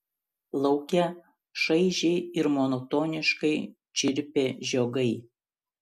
lauke šaižiai ir monotoniškai čirpė žiogai